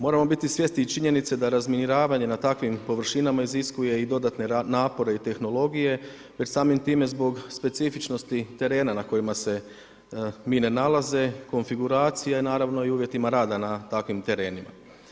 Moramo biti svjesni i činjenice da razminiranje na takvim površinama iziskuje i dodatne napore i tehnologije već samim time zbog specifičnosti terena na kojima se mine nalaze, konfiguracije i naravno uvjetima rada na takvim terenima.